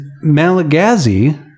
Malagasy